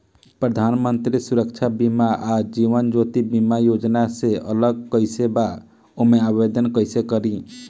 प्रधानमंत्री सुरक्षा बीमा आ जीवन ज्योति बीमा योजना से अलग कईसे बा ओमे आवदेन कईसे करी?